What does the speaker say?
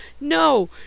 No